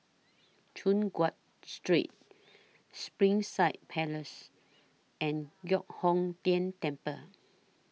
Choon Guan Street Springside Place and Giok Hong Tian Temple